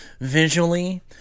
visually